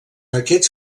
aquests